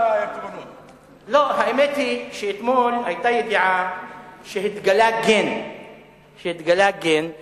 האמת היא שאתמול היתה ידיעה שהתגלה גן שמוכיח,